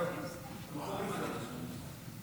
(החלטות מינהליות ופעולות כלפי רשות ציבורית,